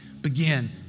begin